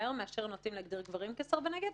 מהר מהנטייה להגדיר גברים כסרבני גט,